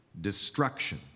destruction